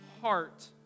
heart